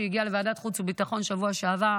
שהגיע לוועדת חוץ וביטחון שבוע שעבר.